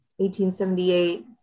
1878